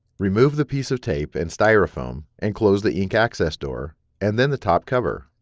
remove the piece of tape and styrofoam and close the ink access door and then the top cover.